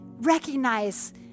Recognize